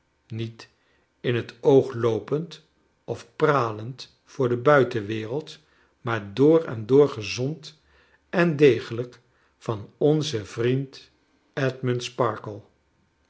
niet in het oogloopend of pralend voor de buitenwereld niaar door en door gezond en degelijk van onzen vriend